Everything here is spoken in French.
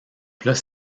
plats